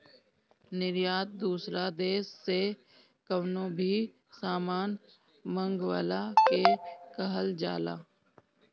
निर्यात दूसरा देस से कवनो भी सामान मंगवला के कहल जाला